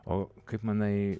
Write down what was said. o kaip manai